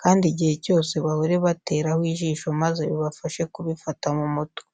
kandi igihe cyose bahore bateraho ijisho maze bibafashe kubifata mu mutwe.